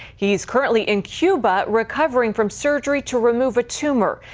he's currently in cuba recovering from surgery to remove a tumor.